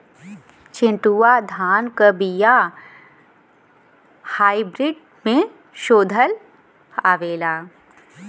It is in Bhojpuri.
चिन्टूवा धान क बिया हाइब्रिड में शोधल आवेला?